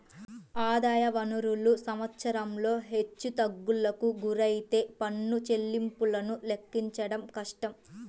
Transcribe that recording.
ఆదాయ వనరులు సంవత్సరంలో హెచ్చుతగ్గులకు గురైతే పన్ను చెల్లింపులను లెక్కించడం కష్టం